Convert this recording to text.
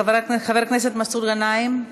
חבר הכנסת מסעוד גנאים,